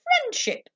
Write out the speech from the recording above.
friendship